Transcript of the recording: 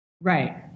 right